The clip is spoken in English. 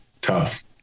tough